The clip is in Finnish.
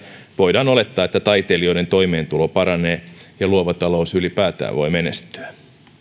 voidaan olettaa että taiteilijoiden toimeentulo paranee ja luova talous ylipäätään voi menestyä